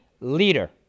leader